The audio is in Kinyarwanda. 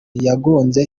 yagonze